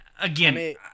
again